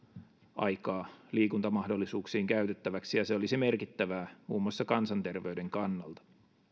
aikaa liikuntamahdollisuuksiin käytettäväksi ja se olisi merkittävää muun muassa kansanterveyden kannalta